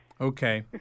Okay